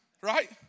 right